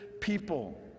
people